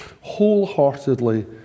wholeheartedly